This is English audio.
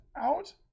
out